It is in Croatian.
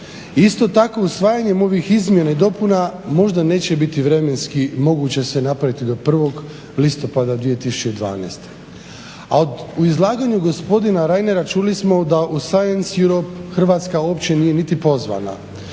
Isto tako usvajanjem ovih izmjena i dopuna možda neće biti vremenski moguće se napraviti do 1. listopada 2012. A u izlaganju gospodina Reinera čuli smo da u science Europe Hrvatska uopće nije niti pozvana.